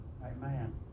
Amen